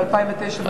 ב-2009 וב-2010?